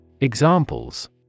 Examples